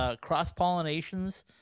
cross-pollinations